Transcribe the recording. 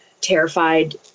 terrified